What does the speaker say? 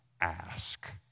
ask